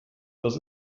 das